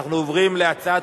לפני הצעת